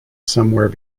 somewhere